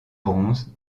bronze